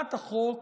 הצעת החוק